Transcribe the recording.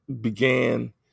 began